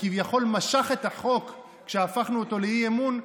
וכביכול משך את החוק כשהפכנו אותו לאי-אמון,